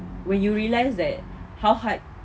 when you realise that how hard